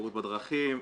זהירות בדרכים,